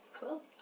Cool